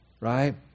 Right